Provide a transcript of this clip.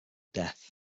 death